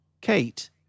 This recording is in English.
kate